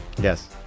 Yes